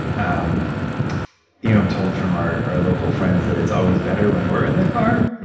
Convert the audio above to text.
um you know i'm told from our our local friends that it's always better when we're in the car.